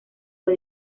fue